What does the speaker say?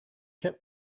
kept